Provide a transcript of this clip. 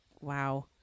wow